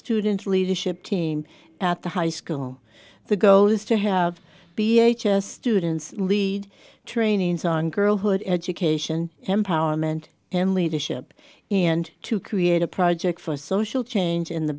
student leadership team at the high school the goal is to have be h s students lead trainings on girlhood education empire ment and leadership and to create a project for social change in the